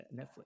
Netflix